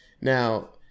Now